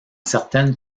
certaines